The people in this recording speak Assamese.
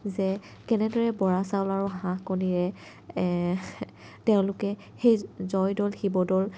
যে কেনেদৰে বৰা চাউল আৰু হাঁহ কণীৰে তেওঁলোকে সেই জয় দ'ল শিৱ দ'ল